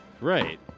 right